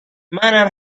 منم